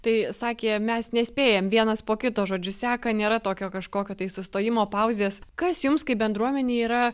tai sakė mes nespėjam vienas po kito žodžiu seka nėra tokio kažkokio tai sustojimo pauzės kas jums kaip bendruomenei yra